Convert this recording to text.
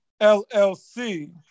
llc